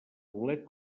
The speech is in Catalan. bolet